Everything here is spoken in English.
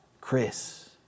Chris